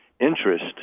interest